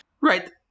Right